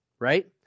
right